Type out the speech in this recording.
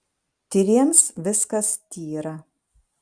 tyriems viskas tyra